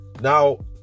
Now